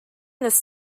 this